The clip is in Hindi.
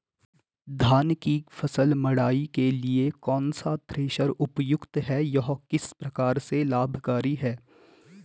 धान की फसल मड़ाई के लिए कौन सा थ्रेशर उपयुक्त है यह किस प्रकार से लाभकारी है?